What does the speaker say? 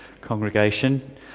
congregation